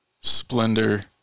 splendor